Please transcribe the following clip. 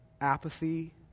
apathy